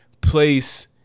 place